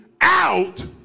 out